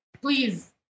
please